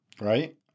Right